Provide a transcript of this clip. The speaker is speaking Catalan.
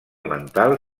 mental